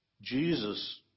Jesus